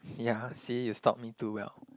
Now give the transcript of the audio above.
ya see you stalk me too well